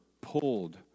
pulled